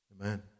Amen